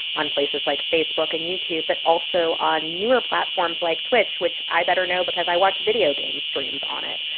on places like facebook and youtube, but also on newer platforms like twitch, which i better know because i watch video game streams on it.